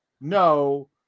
no